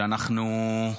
שאנחנו,